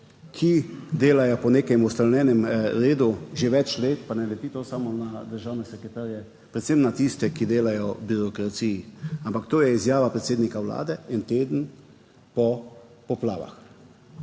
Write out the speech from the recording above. ki delajo po nekem ustanovljenem redu že več let, pa ne leti to samo na državne sekretarje, predvsem na tiste, ki delajo v birokraciji, ampak to je izjava predsednika Vlade en teden po poplavah.